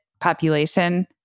population